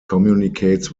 communicates